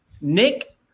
Nick